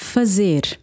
Fazer